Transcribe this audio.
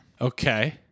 okay